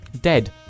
dead